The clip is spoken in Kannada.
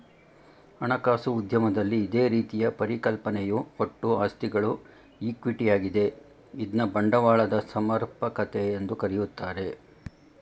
ಹಣಕಾಸು ಉದ್ಯಮದಲ್ಲಿ ಇದೇ ರೀತಿಯ ಪರಿಕಲ್ಪನೆಯು ಒಟ್ಟು ಆಸ್ತಿಗಳು ಈಕ್ವಿಟಿ ಯಾಗಿದೆ ಇದ್ನ ಬಂಡವಾಳದ ಸಮರ್ಪಕತೆ ಎಂದು ಕರೆಯುತ್ತಾರೆ